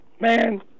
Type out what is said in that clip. man